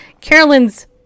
Carolyn's